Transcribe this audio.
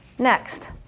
Next